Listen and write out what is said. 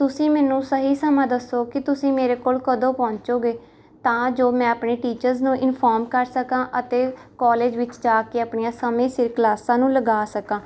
ਤੁਸੀਂ ਮੈਨੂੰ ਸਹੀ ਸਮਾਂ ਦੱਸੋ ਕਿ ਤੁਸੀਂ ਮੇਰੇ ਕੋਲ ਕਦੋਂ ਪਹੁੰਚੋਗੇ ਤਾਂ ਜੋ ਮੈਂ ਆਪਣੇ ਟੀਚਰਸ ਨੂੰ ਇਨਫੋਮ ਕਰ ਸਕਾਂ ਅਤੇ ਕਾਲਜ ਵਿੱਚ ਜਾ ਕੇ ਆਪਣੀਆਂ ਸਮੇਂ ਸਿਰ ਕਲਾਸਾਂ ਨੂੰ ਲਗਾ ਸਕਾਂ